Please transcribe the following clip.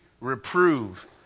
reprove